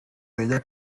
deia